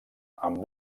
amb